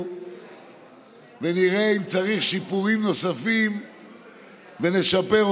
ונראה אם צריך שיפורים נוספים ונשפר.